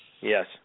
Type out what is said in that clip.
Yes